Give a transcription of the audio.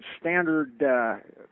standard